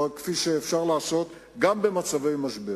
כפי שאפשר לעשות גם במצבי משבר.